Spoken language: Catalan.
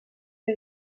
que